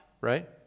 right